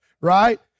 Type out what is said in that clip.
right